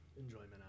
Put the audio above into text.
enjoyment